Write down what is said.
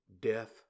death